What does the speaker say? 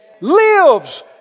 lives